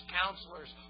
counselors